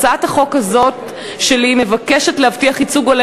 הצעת החוק הזאת שלי מבקשת להבטיח ייצוג הולם